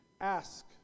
Ask